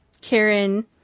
Karen